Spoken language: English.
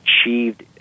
achieved